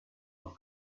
auf